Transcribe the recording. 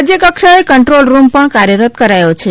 રાજય કક્ષાએ control room પણ કાર્યરત કરાયો છે